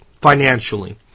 financially